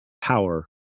power